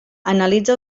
analitza